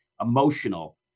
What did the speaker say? emotional